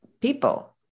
people